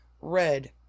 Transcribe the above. red